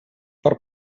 per